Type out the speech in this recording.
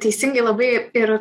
teisingai labai ir